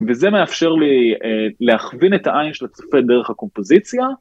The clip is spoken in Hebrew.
וזה מאפשר לי להכווין את העין של הצופה דרך הקומפוזיציה.